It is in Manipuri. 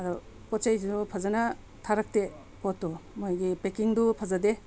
ꯑꯗꯣ ꯄꯣꯠ ꯆꯩꯗꯨꯁꯨ ꯐꯖꯅ ꯊꯥꯔꯛꯇꯦ ꯄꯣꯠꯇꯨ ꯃꯣꯏꯒꯤ ꯄꯦꯛꯀꯤꯡꯗꯨ ꯐꯖꯗꯦ